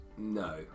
no